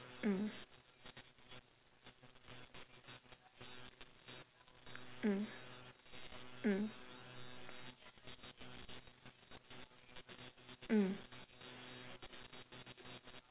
mm mm mm mm